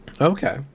Okay